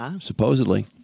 supposedly